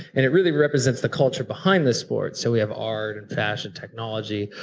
and it really represents the culture behind the sport. so we have art, and fashion, technology,